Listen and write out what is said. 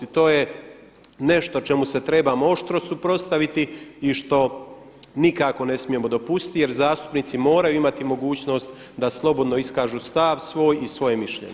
I to je nešto čemu se trebamo oštro suprotstaviti i što nikako ne smijemo dopustiti jer zastupnici moraju imati mogućnost da slobodno iskažu stav svoj i svoje mišljenje.